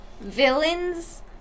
villains